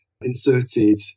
inserted